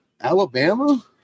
Alabama